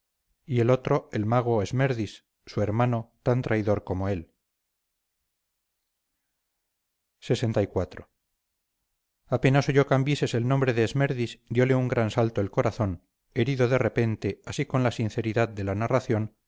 y el otro el mago esmerdis su hermano tan traidor como él lxiv apenas oyó cambises el nombre de esmerdis dióle un gran salto el corazón herido de repente así con la sinceridad de la narración